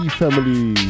family